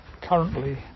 currently